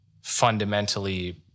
fundamentally